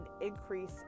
increase